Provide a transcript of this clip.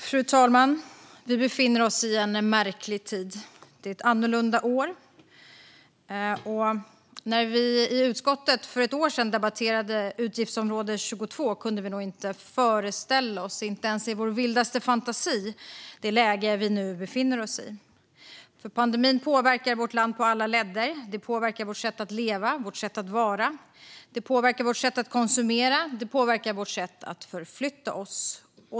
Fru talman! Vi befinner oss i en märklig tid. Det är ett annorlunda år. När vi i utskottet för ett år sedan debatterade utgiftsområde 22 kunde vi nog inte ens i vår vildaste fantasi föreställa oss det läge vi nu befinner oss i. Pandemin påverkar vårt land på alla ledder. Det påverkar vårt sätt att leva och vårt sätt att vara. Det påverkar vårt sätt att konsumera, och det påverkar vårt sätt att förflytta oss.